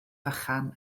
fychan